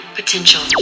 potential